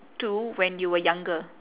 to when you were younger